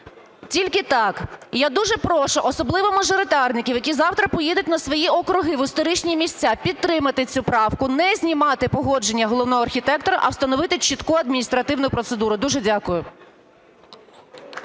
Тільки так. І я дуже прошу, особливо мажоритарників, які завтра поїдуть на свої округи, в історичні місця, підтримати цю правку, не знімати погодження головного архітектора, а встановити чітку адміністративну процедуру. Дуже дякую.